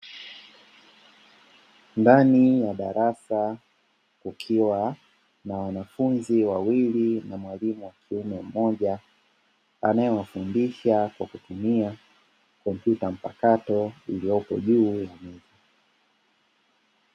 Ndani ya darasa kukiwa na wanafunzi wawili na mwalimu wa kiume mmoja, anayewafundisha kwa kutumia kompyuta iliyopo juu ya meza.